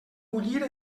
bullir